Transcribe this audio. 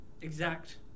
exact